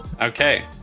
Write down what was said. Okay